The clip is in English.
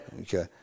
okay